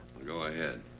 go ahead.